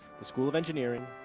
the school of engineering,